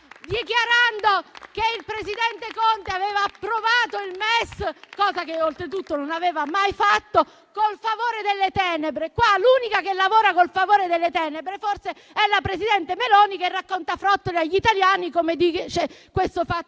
dichiarando che il presidente Conte aveva approvato il MES - cosa che oltretutto non aveva mai fatto - con il favore delle tenebre. Qua l'unica che lavora con il favore delle tenebre forse è la presidente Meloni, che racconta frottole agli italiani, come dice questo